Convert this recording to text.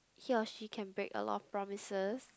he or she can make a lot of promises